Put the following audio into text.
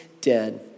dead